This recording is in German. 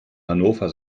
hannover